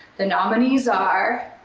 the nominees are